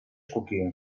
coquí